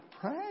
pray